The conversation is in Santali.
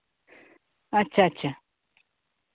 ᱟᱪᱪᱷᱟ ᱟᱪᱪᱷᱟ